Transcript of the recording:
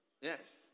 Yes